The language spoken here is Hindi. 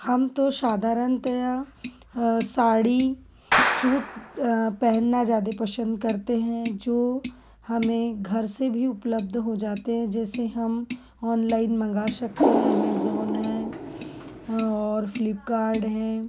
हम तो साधारणतया साड़ी सूट पहनना ज़्यादे पसंद करते हैं जो हमें घर से भी उपलब्ध हो जाते हैं जैसे हम ऑनलाइन मंगा सकते हैं अमेज़ोन है और फ्लिपकार्ड है